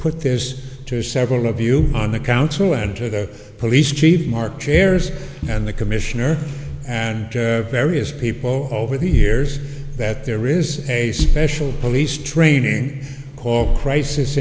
put this to several of you on the council and to the police chief mark chairs and the commissioner and various people over the years that there is a special police training called crisis